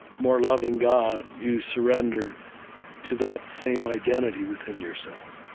more loving god, you surrender to that same identity within yourself